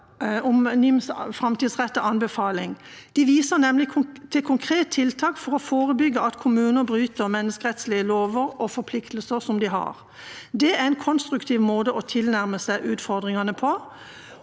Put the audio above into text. NIMs framtidsrettede anbefalinger: De viser til konkrete tiltak for å forebygge at kommuner bryter menneskerettslige lover og forpliktelser som de har. Det er en konstruktiv måte å tilnærme seg utfordringene på.